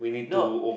no when you